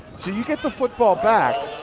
so you get the football back.